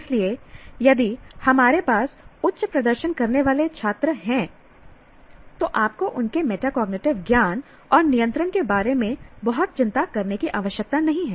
इसलिए यदि हमारे पास उच्च प्रदर्शन करने वाले छात्र हैं तो आपको उनके मेटाकॉग्निटिव ज्ञान और नियंत्रण के बारे में बहुत चिंता करने की आवश्यकता नहीं है